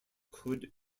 could